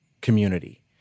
community